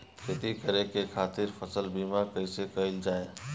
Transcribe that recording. खेती करे के खातीर फसल बीमा कईसे कइल जाए?